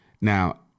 now